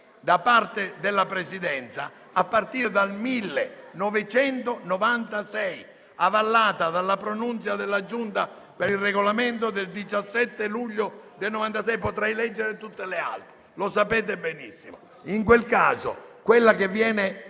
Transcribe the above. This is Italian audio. da parte della Presidenza, a partire dal 1996, avallata dalla pronunzia della Giunta per il Regolamento del 17 luglio del 1996 (potrei leggere tutte le altre, ma lo sapete benissimo applicare) in quel caso quella che viene